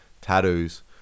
tattoos